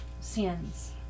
sins